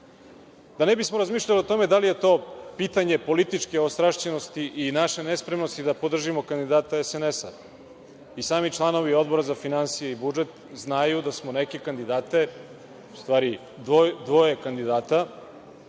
ne bismo razmišljali o tome da li je to pitanje političke ostrašćenosti i naše nespremnosti da podržimo kandidata SNS, i sami članovi Odbora za finansije i budžet znaju da smo dvoje kandidata podržali. Bili su kandidati